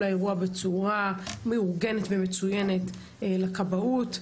האירוע בצורה מאורגנת ומצוינת לכבאות.